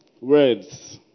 Words